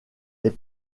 est